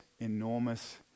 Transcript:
enormous